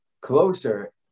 closer